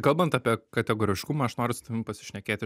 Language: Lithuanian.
kalbant apie kategoriškumą aš noriu su tavim pasišnekėti